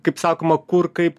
kaip sakoma kur kaip